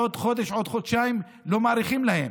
עוד חודש, עוד חודשיים לא מאריכים להם.